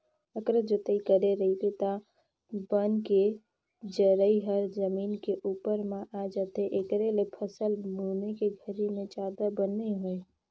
अकरस जोतई करे रहिबे त बन के जरई ह जमीन के उप्पर म आ जाथे, एखरे ले फसल बुने के घरी में जादा बन नइ होय